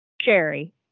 Sherry